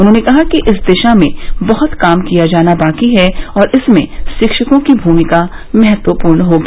उन्होंने कहा कि इस दिशा में बहुत काम किया जाना बाकी है और इसमें शिक्षकों की भूमिका महत्वपूर्ण होगी